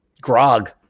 grog